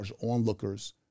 onlookers